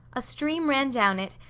a stream ran down it,